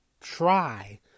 try